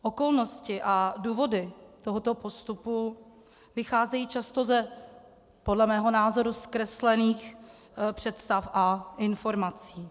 Okolnosti a důvody tohoto postupu vycházejí často z podle mého názoru zkreslených představ a informací.